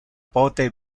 pote